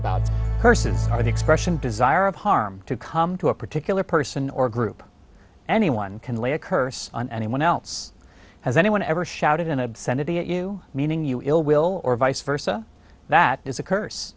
about person started expression desire of harm to come to a particular person or group anyone can lay a curse on anyone else has anyone ever shouted an obscenity you meaning you ill will or vice versa that is a curse